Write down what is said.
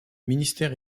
ministère